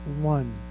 one